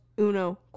uno